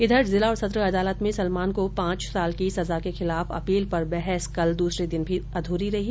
इधर जिला और सत्र अदालत में सलमान को पांच साल की सजा के खिलाफ अपील पर बहस कल दूसरे दिन भी अध्री रही